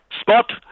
Spot